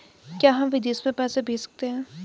क्या हम विदेश में पैसे भेज सकते हैं?